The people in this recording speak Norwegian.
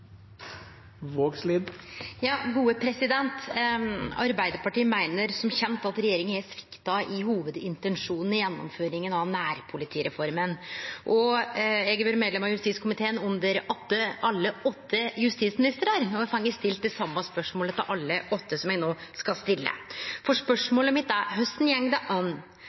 Arbeidarpartiet meiner som kjent at regjeringa har svikta i hovudintensjonen i gjennomføringa av nærpolitireforma. Eg har vore medlem av justiskomiteen under åtte justisministrar, og eg har stilt det same spørsmålet til alle åtte som eg no skal stille. Spørsmålet mitt er: Korleis går det an,